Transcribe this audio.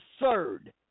absurd